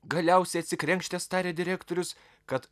galiausiai atsikrenkštęs tarė direktorius kad